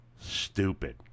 stupid